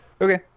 Okay